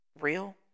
real